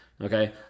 okay